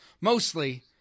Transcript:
Mostly